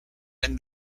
and